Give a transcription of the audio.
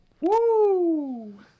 Woo